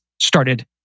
started